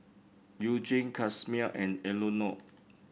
Eugene Casimer and Eleonore